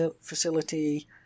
facility